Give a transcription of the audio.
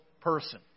person